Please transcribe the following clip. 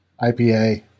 IPA